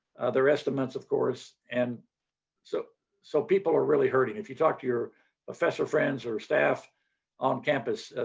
their estimates of course. and so so people are really hurting. if you talk to your professor friends or staff on campus,